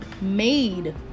made